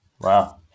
Wow